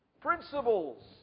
principles